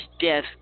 death